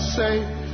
safe